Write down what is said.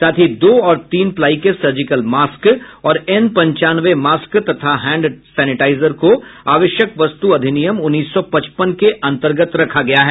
साथ ही दो और तीन प्लाई के सर्जिकल मास्क और एन पंचानवे मास्क तथा हैण्ड सैनिटाइजर को आवश्यक वस्तु अधिनियम उन्नीस सौ पचपन के अंतर्गत रखा गया है